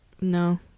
No